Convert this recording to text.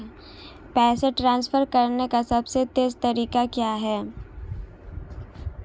पैसे ट्रांसफर करने का सबसे तेज़ तरीका क्या है?